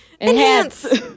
enhance